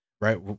right